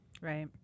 Right